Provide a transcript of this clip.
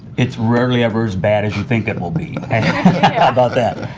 it's rarely ever as bad as you think it will be. how about that?